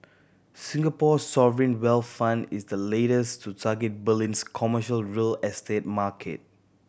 Singapore's sovereign wealth fund is the latest to target Berlin's commercial real estate market